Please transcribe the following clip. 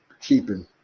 keeping